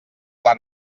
pla